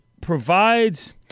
provides